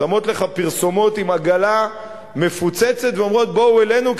שמות לך פרסומות עם עגלה מפוצצת ואומרות: בואו אלינו,